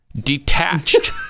detached